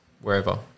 wherever